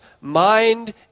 mind